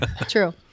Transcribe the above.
True